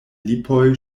lipoj